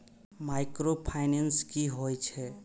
Micro finance कि होई छै?